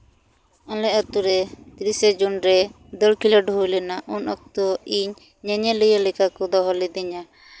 ᱟᱞᱮ ᱟᱛᱳᱨᱮ ᱛᱤᱨᱤᱥᱟ ᱡᱩᱱ ᱨᱮ ᱫᱟᱹᱲ ᱠᱷᱮᱞᱳᱰ ᱦᱩᱭ ᱞᱮᱱᱟ ᱩᱱ ᱚᱠᱛᱚ ᱤᱧ ᱧᱮᱧᱮᱞᱤᱭᱟᱹ ᱞᱮᱠᱟ ᱠᱚ ᱫᱚᱦᱚ ᱞᱤᱫᱤᱧᱟ